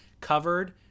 covered